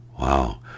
Wow